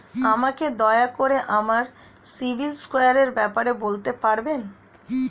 আমাকে দয়া করে আমার সিবিল স্কোরের ব্যাপারে বলতে পারবেন?